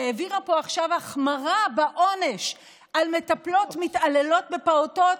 שהעבירה פה עכשיו החמרה בעונש של מטפלות מתעללות בפעוטות,